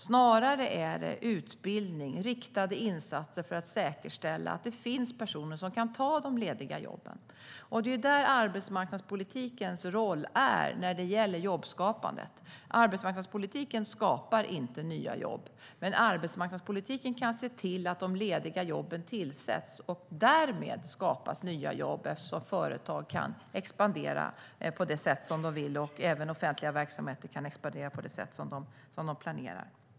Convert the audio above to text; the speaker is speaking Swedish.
Snarare handlar det om utbildning och riktade insatser för att säkerställa att det finns personer som kan ta de lediga jobben. Det är där arbetsmarknadspolitikens roll är när det gäller jobbskapandet. Arbetsmarknadspolitiken skapar inte nya jobb, men arbetsmarknadspolitiken kan se till att de lediga jobben tillsätts. Därmed skapas nya jobb, eftersom företag kan expandera på det sätt som de vill, och även offentliga verksamheter kan expandera på det sätt som de planerar.